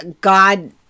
God